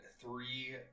three